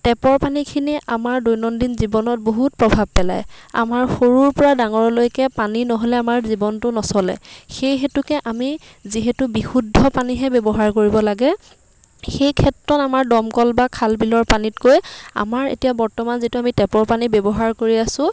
টেপৰ পানীখিনিয়ে আমাৰ দৈনন্দিন জীৱনত বহুত প্ৰভাৱ পেলাই আমাৰ সৰুৰ পৰা ডাঙৰলৈকে পানী ন'হলে আমাৰ জীৱনটো নচলে সেই হেতুকে আমি যিহেতু বিশুদ্ধ পানীহে ব্যৱহাৰ কৰিব লাগে সেই ক্ষেত্ৰত আমাৰ দমকল বা খাল বিলৰ পানীতকৈ আমাৰ এতিয়া বৰ্তমান যিটো আমি টেপৰ পানী ব্যৱহাৰ কৰি আছোঁ